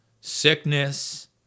sickness